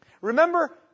Remember